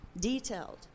detailed